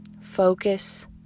Focus